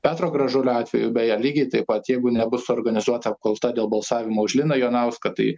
petro gražulio atveju beje lygiai taip pat jeigu nebus suorganizuota apkalta dėl balsavimo už liną jonauską tai